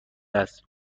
است